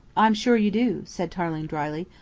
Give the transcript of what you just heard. i'm sure you do, said tarling dryly,